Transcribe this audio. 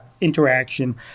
interaction